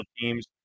teams